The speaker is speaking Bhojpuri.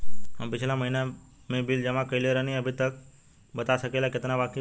हम पिछला महीना में बिल जमा कइले रनि अभी बता सकेला केतना बाकि बा?